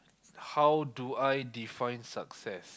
how do I define success